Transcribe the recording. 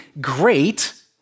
great